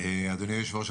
אדוני היושב-ראש,